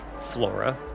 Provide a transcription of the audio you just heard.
Flora